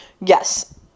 yes